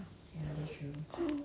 oh I want 我要去重看一下